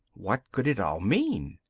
what could it all mean?